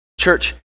Church